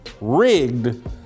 Rigged